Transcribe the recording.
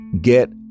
get